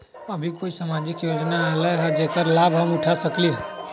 अभी कोई सामाजिक योजना आयल है जेकर लाभ हम उठा सकली ह?